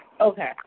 Okay